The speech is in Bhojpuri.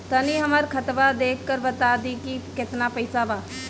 तनी हमर खतबा देख के बता दी की केतना पैसा बा?